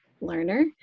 learner